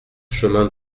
chemin